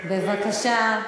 בבקשה,